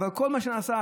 אבל כל מה שנעשה,